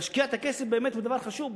להשקיע את הכסף באמת בדבר חשוב,